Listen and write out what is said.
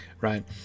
right